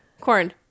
Corn